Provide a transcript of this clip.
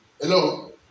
Hello